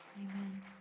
Amen